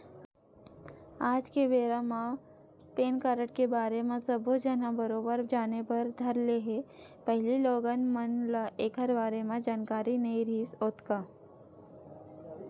आज के बेरा म पेन कारड के बारे म सब्बो झन ह बरोबर जाने बर धर ले हे पहिली लोगन मन ल ऐखर बारे म जानकारी नइ रिहिस हे ओतका